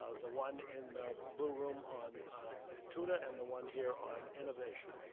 ah the one in the blue room on tuda and the one here on innovation,